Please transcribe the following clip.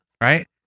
right